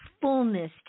fullness